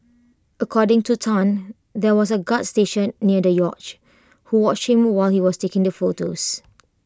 according to Tan there was A guard stationed near the yacht who watched him while he was taking the photos